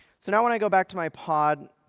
so now, when i go back to my pod